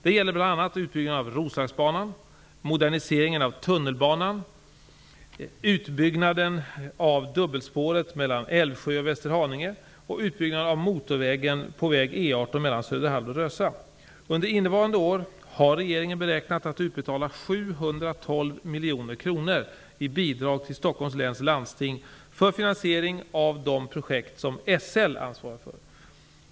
Det gäller bl.a. utbyggnaden av Västerhaninge och utbyggnaden av motorvägen på väg E 18 mellan Söderhall och Rösa. Under innevarande år har regeringen beräknat att utbetala 712 miljoner kronor i bidrag till Stockholms läns landsting för finansieringen av de projekt som SL ansvarar för.